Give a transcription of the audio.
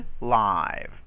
live